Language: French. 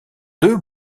deux